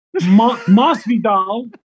masvidal